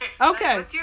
Okay